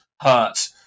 hurt